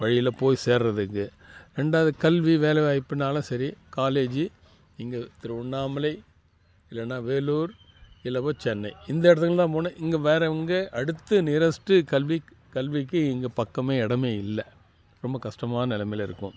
வழியில் போய் சேருறதுக்கு ரெண்டாவது கல்வி வேலைவாய்ப்புனாலும் சரி காலேஜி இங்கே திருவண்ணாமலை இல்லைன்னா வேலூர் இல்லவு சென்னை இந்த எடத்துக்குலாம் போனா இங்க வேறவுங்க அடுத்து நியரெஸ்ட்டு கல்விக் கல்விக்கு இங்கே பக்கமே இடமே இல்லை ரொம்ப கஷ்டமான நிலைமையில இருக்கோம்